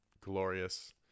glorious